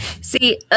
See